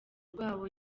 rwabo